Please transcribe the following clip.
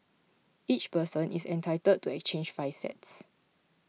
each person is entitled to exchange five sets